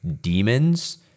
demons